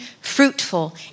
fruitful